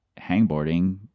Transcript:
hangboarding